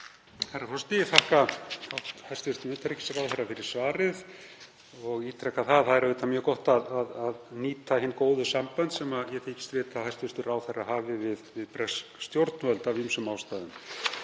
Herra forseti. Ég þakka hæstv. utanríkisráðherra fyrir svarið og ítreka að það er auðvitað mjög gott að nýta hin góðu sambönd sem ég þykist vita að hæstv. ráðherra hafi við bresk stjórnvöld af ýmsum ástæðum.